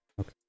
Okay